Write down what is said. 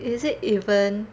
is it even